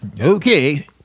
Okay